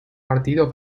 partido